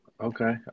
Okay